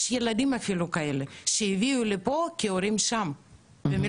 יש אפילו ילדים שהביאו לפה כי ההורים שם במלחמה.